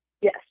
Yes